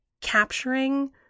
capturing